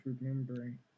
remembering